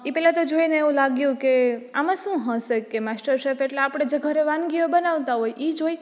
એ પહેલાં તો જોઈને એવું લાગ્યું કે આમાં શું હશે કે માસ્ટર શેફ એટલે આપણે જે ઘરે વાનગીઓ બનાવતા હોય એ જ હોય